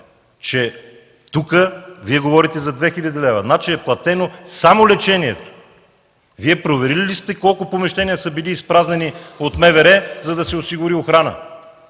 че тук Вие говорите за 2000 лв., значи е платено само лечението. Вие проверили ли сте колко помещения са били изпразнени от МВР, за да се осигури охрана?